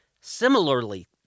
Similarly